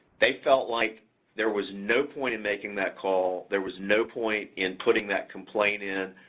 they felt like there was no point in making that call, there was no point in putting that complaint in,